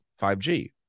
5G